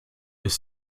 ist